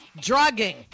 drugging